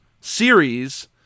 series